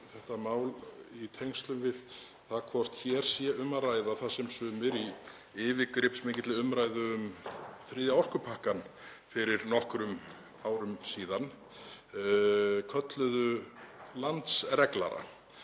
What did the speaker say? þetta mál í tengslum við það hvort hér sé um að ræða það sem sumir í yfirgripsmikilli umræðu um þriðja orkupakkann fyrir nokkrum árum síðan kölluðu landsreglara.